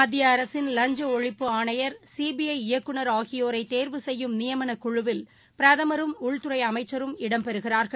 மத்தியஅரசின் லஞ்சஒழிப்பு ஆணையர் சிபிஐ இயக்குநர் ஆகியோரைதேர்வு செய்யும் நியமனக் குழுவில் பிரதமரும் உள்துறைஅமைச்சரும் இடம்பெறுகிறார்கள்